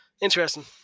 interesting